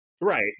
Right